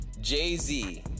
Jay-Z